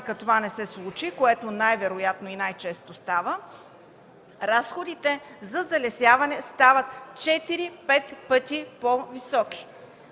практика това не се случи, което най-вероятно и най-често става, разходите за залесяване стават четири-пет пъти по високи.